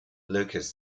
lucas